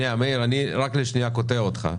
מאיר, אני רק לשנייה קוטע אותך.